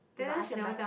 you got ask her buy